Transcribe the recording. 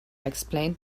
explained